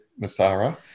Masara